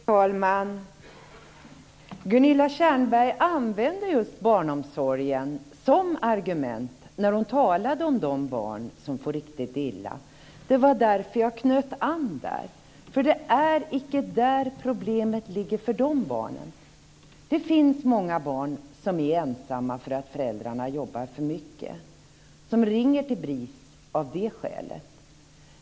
Fru talman! Gunilla Tjernberg använde just barnomsorgen som argument när hon talade om de barn som for riktigt illa. Det var därför jag knöt an där. Det är icke där problemet ligger för de barnen. Det finns många barn som är ensamma därför att föräldrarna jobbar för mycket, som ringer till BRIS av det skälet.